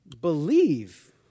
Believe